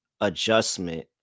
adjustment